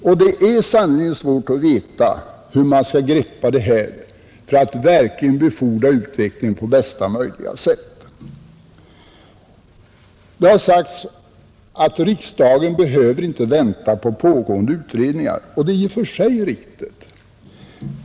Och det är sannerligen svårt att veta hur man skall gripa sig an med detta för att verkligen befordra utveckling på bästa möjliga sätt. Det har sagts att riksdagen inte behöver vänta på pågående utredningar, och det är i och för sig riktigt.